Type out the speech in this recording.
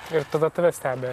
ir tada tave stebi